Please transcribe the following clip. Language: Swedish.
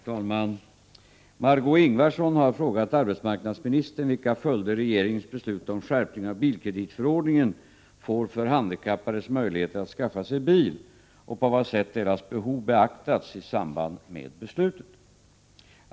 Herr talman! Margé Ingvardsson har frågat arbetsmarknadsministern vilka följder regeringens beslut om skärpning av bilkreditförordningen får för handikappades möjligheter att skaffa sig bil och på vad sätt deras behov beaktats i samband med beslutet.